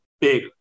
big